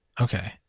Okay